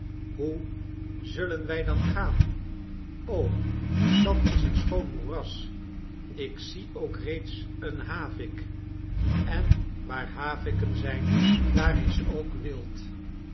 hoe zullen wij dan gaan o dat is een schoon moeras ik zie ook reeds een havik en waar haviken zijn daar is ook wild